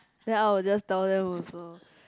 then I will just tell them also